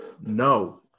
No